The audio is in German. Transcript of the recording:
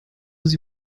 sie